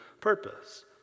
purpose